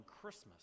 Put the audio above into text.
Christmas